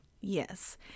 Yes